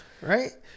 right